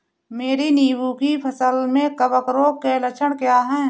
मेरी नींबू की फसल में कवक रोग के लक्षण क्या है?